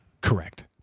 Correct